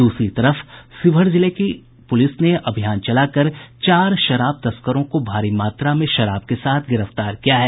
दूसरी तरफ शिवहर जिले की पुलिस ने अभियान चलाकर चार शराब तस्करों को भारी मात्रा में शराब के साथ गिरफ्तार किया है